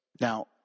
Now